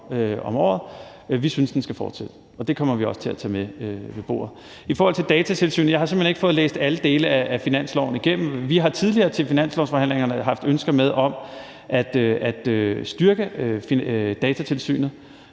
om året. Vi synes, den skal fortsætte, og det kommer vi også til at tage med ved bordet. I forhold til Datatilsynet har jeg simpelt hen ikke fået læst alle dele af finanslovsforslaget igennem. Vi har tidligere til finanslovsforhandlingerne har haft ønsker med om at styrke Datatilsynet.